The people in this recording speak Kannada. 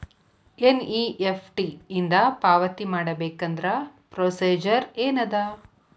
ಎನ್.ಇ.ಎಫ್.ಟಿ ಇಂದ ಪಾವತಿ ಮಾಡಬೇಕಂದ್ರ ಪ್ರೊಸೇಜರ್ ಏನದ